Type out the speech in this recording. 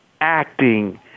acting